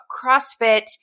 CrossFit